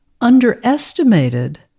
underestimated